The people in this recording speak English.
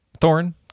Thorn